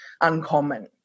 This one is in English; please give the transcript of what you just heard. uncommon